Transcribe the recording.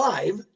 Live